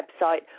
website